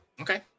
Okay